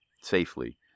safely